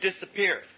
disappear